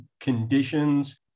conditions